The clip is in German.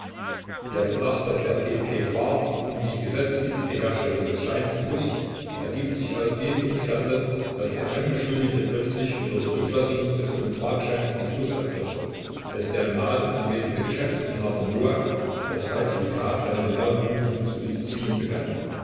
der verdacht daß der p p barth um die gesetzwidrige herstellung des scheins gewußt ergibt sich aus dem umstande daß der angeschuldigte plötzlich unter zurücklassung des fünfmarkscheins die flucht ergriff als der im laden anwesende geschäftsinhaber noack das falsifikat einer genauen prüfung zu unterziehen begann